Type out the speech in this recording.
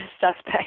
suspect